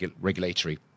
regulatory